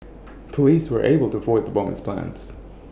Police were able to foil the bomber's plans